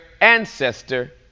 ancestor